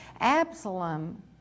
absalom